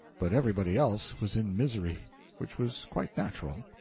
but everybody else was in misery which was quite natural.